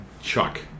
Chuck